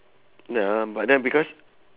ya but then because